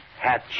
Hatch